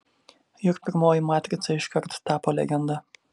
juk pirmoji matrica iškart tapo legenda